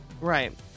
right